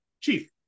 Chief